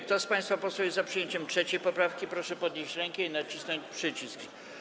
Kto z państwa posłów jest za przyjęciem 3. poprawki, proszę podnieść rękę i nacisnąć przycisk.